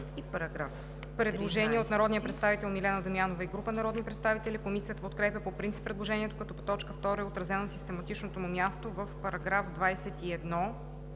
Предложение от народния представител Милена Дамянова и група народни представители. Комисията подкрепя по принцип предложението, като по т. 2 е отразено на систематичното му място в § 21.